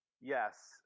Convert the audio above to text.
Yes